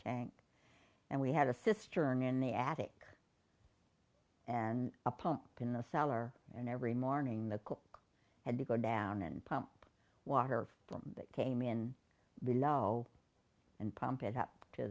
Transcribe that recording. tank and we had a cistern in the attic and a pump in the cellar and every morning had to go down and pump water from that came in below and pump it up to